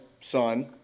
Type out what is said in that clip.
son